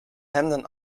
hemden